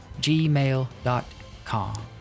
gmail.com